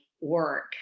work